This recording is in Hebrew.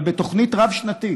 אבל בתוכנית רב-שנתית.